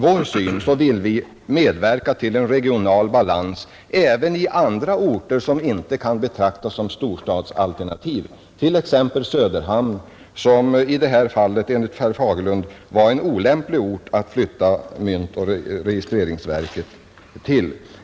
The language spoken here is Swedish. Vi vill medverka till regional balans även i orter som inte kan betraktas som storstadsalternativ, t.ex. Söderhamn, som enligt herr Fagerlund i detta fall är en olämplig ort att flytta myntoch justeringsverket till.